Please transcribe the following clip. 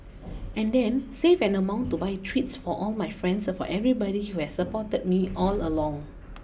and then save an amount to buy treats for all my friends for everybody who has supported me all along